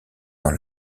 dans